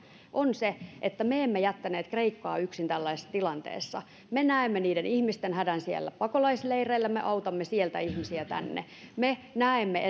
on se että me emme jättäneet kreikkaa yksin tällaisessa tilanteessa me näemme niiden ihmisten hädän siellä pakolaisleireillä me autamme sieltä ihmisiä tänne me näemme